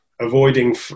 avoiding